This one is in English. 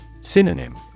Synonym